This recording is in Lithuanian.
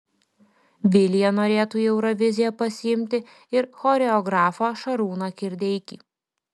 vilija norėtų į euroviziją pasiimti ir choreografą šarūną kirdeikį